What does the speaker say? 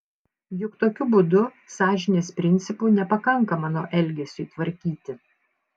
juk tokiu būdu sąžinės principų nepakanka mano elgesiui tvarkyti